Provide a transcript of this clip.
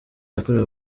yakorewe